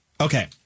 Okay